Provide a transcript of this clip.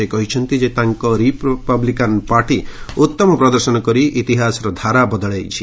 ସେ କହିଛନ୍ତି ଯେ ତାଙ୍କ ରିପବ୍ଲିକାନ୍ ପାର୍ଟି ଉତ୍ତମ ପ୍ରଦର୍ଶନ କରି ଇତିହାସର ଧାରା ବଦଳାଇଛି